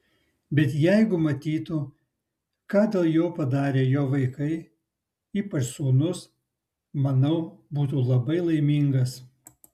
bet jeigu matytų ką dėl jo padarė jo vaikai ypač sūnus manau būtų labai laimingas